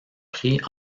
prix